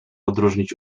odróżnić